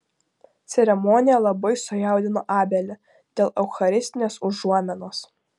ceremonija labai sujaudino abelį dėl eucharistinės užuominos